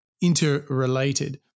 interrelated